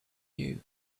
you